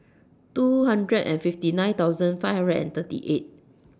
two hundred and fifty nine thousand five hundred and thirty eight